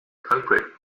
culprit